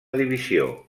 divisió